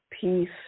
peace